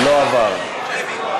הצבעה שמית.